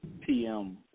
PM